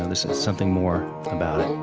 and there's something more about